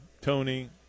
Tony